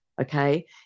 okay